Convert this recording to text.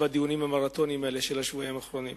בדיוני המרתוניים האלה של השבועיים האחרונים,